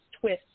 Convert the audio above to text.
twist